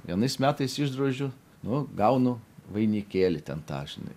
vienais metais išdrožiu nu gaunu vainikėlį ten tą žinai